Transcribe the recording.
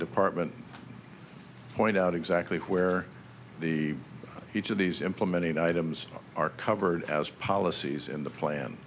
department point out exactly where the each of these implementing items are covered as policies in the plan